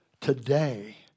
today